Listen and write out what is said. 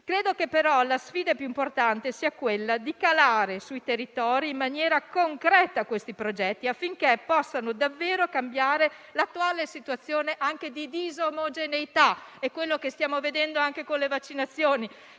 Credo che la sfida più importante sia però quella di calare sui territori in maniera concreta questi progetti, affinché possano davvero cambiare l'attuale situazione anche di disomogeneità. Mi riferisco a quanto stiamo vedendo anche con le vaccinazioni,